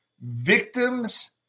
victims